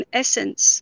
essence